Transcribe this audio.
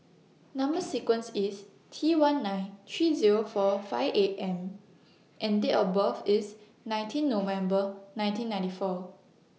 Number sequence IS T one nine three Zero four five eight M and Date of birth IS nineteen November nineteen ninety four